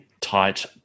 tight